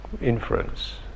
inference